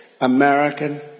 American